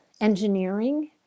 engineering